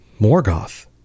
Morgoth